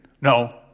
No